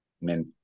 men